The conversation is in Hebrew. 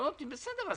בסדר,